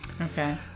Okay